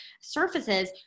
surfaces